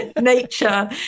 nature